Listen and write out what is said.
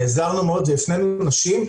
נעזרנו מאוד והפנינו נשים,